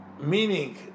meaning